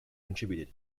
contributed